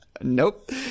Nope